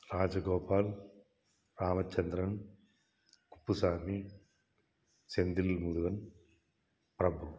Rajagopal Ramachandran Kuppusamy Senthilmurugan Prabhu